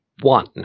one